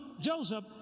Joseph